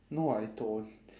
no I don't